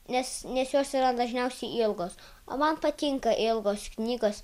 nes nes jos yra dažniausiai ilgos o man patinka ilgos knygos